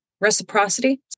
reciprocity